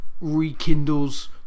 rekindles